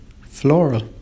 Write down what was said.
floral